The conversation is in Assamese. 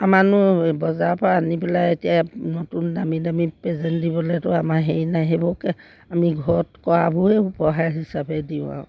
আমাৰনো বজাৰৰ পৰা আনি পেলাই এতিয়া নতুন দামী দামী পেজেণ্ট দিবলেতো আমাৰ হেৰি নাই সেইবোৰকে আমি ঘৰত কৰাবোৰে উপহাৰ হিচাপে দিওঁ আৰু